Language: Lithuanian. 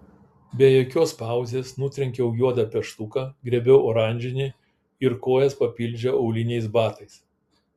be jokios pauzės nutrenkiau juodą pieštuką griebiau oranžinį ir kojas papildžiau auliniais batais